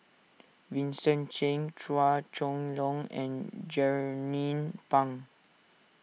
Vincent Cheng Chua Chong Long and Jernnine Pang